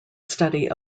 study